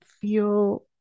feel